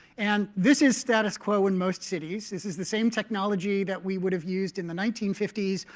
and this is status quo in most cities. this is the same technology that we would have used in the nineteen fifty s,